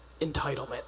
entitlement